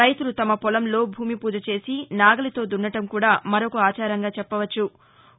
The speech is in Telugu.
రైతులు తమ పొలంలో భూమి పూజ చేసి నాగలితో దున్నడం కూడా మరొక ఆచారంగా చెప్పవచ్చును